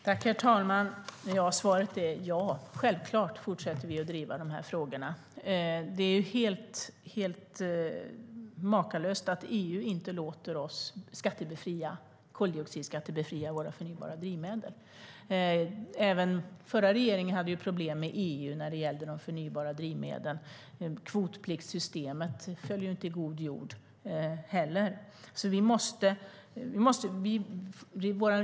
Herr talman! Svaret är ja. Självklart fortsätter vi att driva de här frågorna. Det är helt makalöst att EU inte låter oss koldioxidskattebefria våra förnybara drivmedel. Även den förra regeringen hade ju problem med EU när det gällde förnybara drivmedel. Kvotpliktssystemet föll inte heller i god jord.